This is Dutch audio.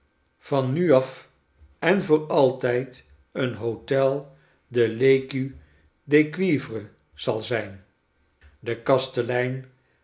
van nu af en voor altijd een hotel de tecu de cuivre zal zijn de kastelein